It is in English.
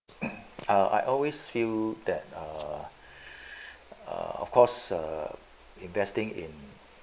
uh I always feel that err of course err investing in